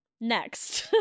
Next